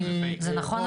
זה נכון,